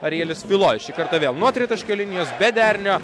arielius filoj šį kartą vėl nuo tritaškio linijos be derinio